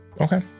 okay